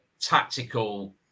tactical